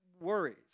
worries